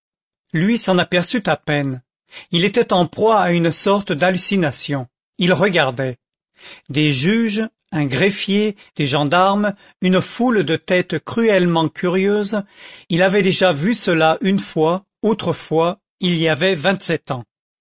lui s'en aperçut à peine il était en proie à une sorte d'hallucination il regardait des juges un greffier des gendarmes une foule de têtes cruellement curieuses il avait déjà vu cela une fois autrefois il y avait vingt-sept ans